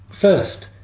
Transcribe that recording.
First